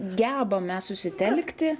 gebam mes susitelkti